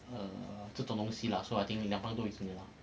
err 这种东西 lah so I think 两方都很 similar